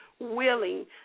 willing